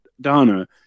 Donna